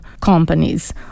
companies